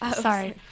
Sorry